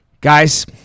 guys